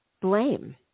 blame